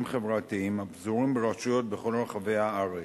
חברתיים הפזורות ברשויות בכל רחבי הארץ.